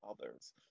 others